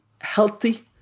healthy